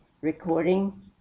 Recording